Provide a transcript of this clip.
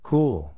Cool